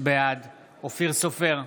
בעד אופיר סופר,